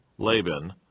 Laban